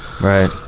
Right